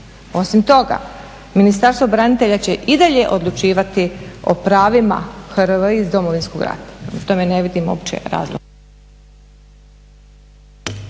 Osim toga Ministarstvo branitelja će i dalje odlučivati o pravima hrvatskih vojnih invalida iz Domovinskog rata, prema tome ne vidim uopće razloga.